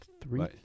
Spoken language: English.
Three